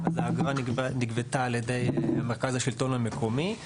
האגרה נגבתה על ידי מרכז השלטון המקומי,